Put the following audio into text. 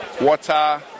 water